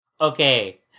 Okay